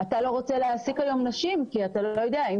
אתה לא רוצה להעסיק היום נשים כי אתה לא יודע שאם